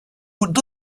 would